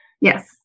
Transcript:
Yes